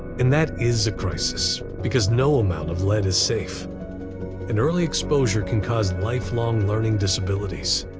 and that is a crisis because no amount of lead is safe and early exposure can cause life-long learning disabilities.